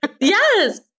Yes